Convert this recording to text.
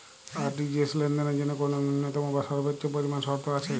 RTGS লেনদেনের জন্য কোন ন্যূনতম বা সর্বোচ্চ পরিমাণ শর্ত আছে?